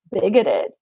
bigoted